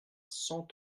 cent